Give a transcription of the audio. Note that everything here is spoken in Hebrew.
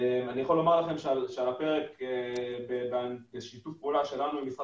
אני יכול לומר לכם שעל הפרק בשיתוף פעולה שלנו עם משרד